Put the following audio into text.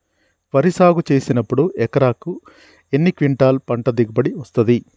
వరి సాగు చేసినప్పుడు ఎకరాకు ఎన్ని క్వింటాలు పంట దిగుబడి వస్తది?